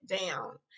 down